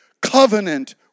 covenant